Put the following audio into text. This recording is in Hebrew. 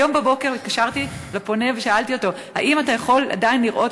היום בבוקר התקשרתי לפונה ושאלתי אותו: האם אתה יכול עדיין לראות?